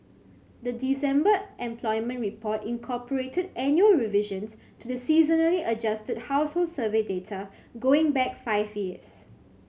the December employment report incorporated annual revisions to the seasonally adjusted household survey data going back five years